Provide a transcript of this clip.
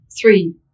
three